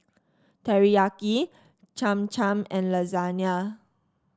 Teriyaki Cham Cham and Lasagne